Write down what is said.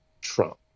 trump